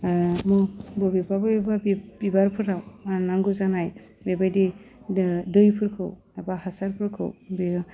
म बबेबा बबेबा बि बिबारफोराव जा नांगौ जानाय बेबायदि दो दैफोरखौ एबा हासारफोरखौ बेयो